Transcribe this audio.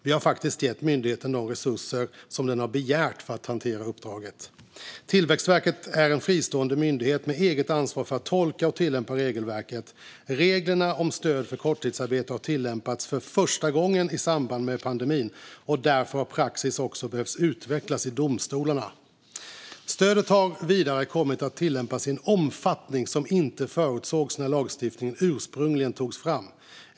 Vi har gett myndigheten de resurser som den har begärt för att hantera uppdraget. Tillväxtverket är en fristående myndighet med eget ansvar för att tolka och tillämpa regelverket. Reglerna om stöd för korttidsarbete har tillämpats för första gången i samband med pandemin. Därför har praxis också behövt utvecklas i domstolarna. Stödet har vidare kommit att tillämpas i en omfattning som inte förutsågs när lagstiftningen ursprungligen togs fram.